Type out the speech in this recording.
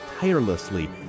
tirelessly